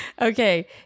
Okay